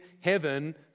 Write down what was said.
heaven